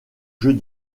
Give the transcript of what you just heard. jeux